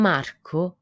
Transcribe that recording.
Marco